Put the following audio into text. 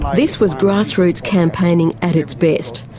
this was grassroots campaigning at its best,